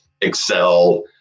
excel